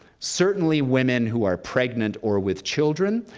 certainly women who are pregnant or with children,